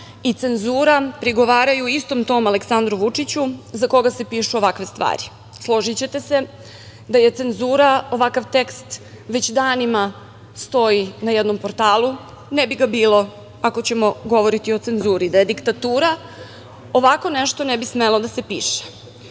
i cenzura prigovaraju istom tom Aleksandru Vučiću, za koga se pišu ovakve stvari. Složićete se, da je cenzura, ovakav tekst već danima stoji na jednom portalu, ne bi ga bilo ako ćemo govoriti o cenzuri. Da je diktatura, ovako nešto ne bi smelo da se piše. Često